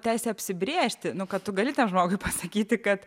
teisę apsibrėžti nu ką tu gali žmogui pasakyti kad